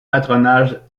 patronage